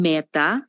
Meta